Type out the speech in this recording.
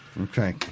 Okay